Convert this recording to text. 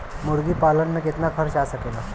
मुर्गी पालन में कितना खर्च आ सकेला?